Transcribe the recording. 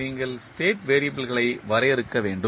நீங்கள் ஸ்டேட் வெறியபிள்கள் ஐ வரையறுக்க வேண்டும்